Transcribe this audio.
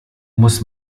muss